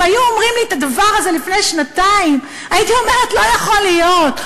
אם היו אומרים לי את הדבר הזה לפני שנתיים הייתי אומרת: לא יכול להיות,